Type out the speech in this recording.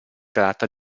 tratta